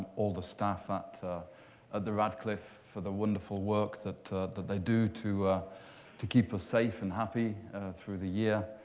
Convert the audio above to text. all the staff at ah ah the radcliffe for the wonderful work that that they do to to keep us safe and happy through the year.